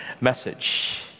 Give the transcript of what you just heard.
message